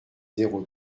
zéro